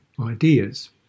ideas